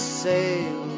sail